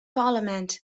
parliament